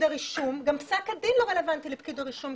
הרישום גם פסק הדין לא רלוונטי לפקיד הרישום,